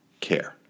care